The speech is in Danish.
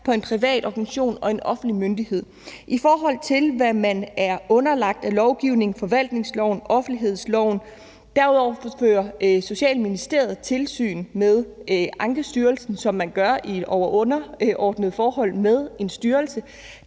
på en privat organisation og en offentlig myndighed, i forhold til hvad man er underlagt af lovgivning såsom forvaltningsloven og offentlighedsloven. Derudover fører Socialministeriet tilsyn med Ankestyrelsen, som man gør i over- og underordnede forhold med en styrelse.